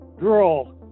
girl